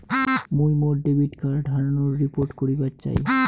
মুই মোর debit card হারানোর রিপোর্ট করিবার চাই